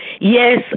Yes